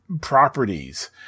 properties